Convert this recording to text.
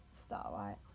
starlight